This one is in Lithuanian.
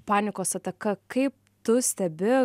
panikos ataka kaip tu stebi